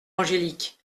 angélique